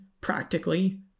practically